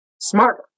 smarter